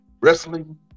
wrestling